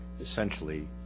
essentially